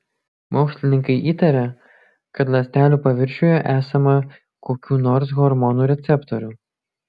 mokslininkai įtarė kad ląstelių paviršiuje esama kokių nors hormonų receptorių